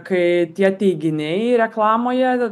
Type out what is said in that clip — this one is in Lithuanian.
kai tie teiginiai reklamoje